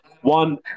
One